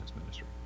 ministry